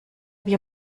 wir